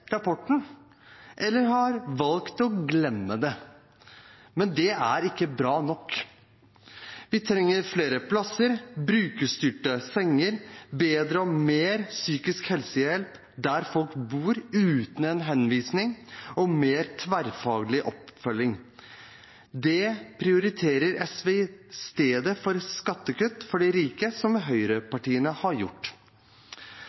rapporten, eller har valgt å glemme det. Men det er ikke bra nok. Vi trenger flere plasser, brukerstyrte senger, bedre og mer psykisk helsehjelp der folk bor, uten en henvisning, og mer tverrfaglig oppfølging. Det prioriterer SV i stedet for skattekutt for de rike, som